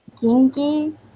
kinky